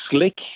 slick